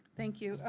thank you.